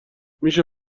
میشه